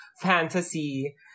fantasy